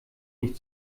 nicht